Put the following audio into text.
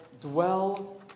dwell